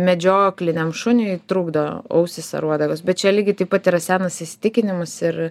medžiokliniam šuniui trukdo ausys ar uodegos bet čia lygiai taip pat yra senas įsitikinimas ir